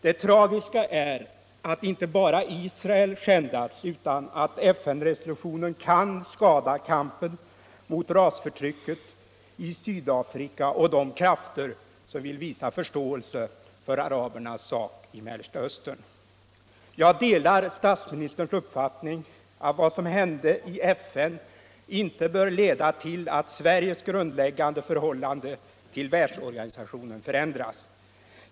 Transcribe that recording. Det tragiska är att inte bara Israel skändats utan att FN-resolutionen kan skada kampen mot rasförtrycket i Sydafrika och de krafter som vill visa förståelse för arabernas sak i Mellersta Östern. Jag delar statsministerns uppfattning att vad som hände i FN inte bör leda till att Sveriges grundläggande förhållande till världsorganisationen förändras.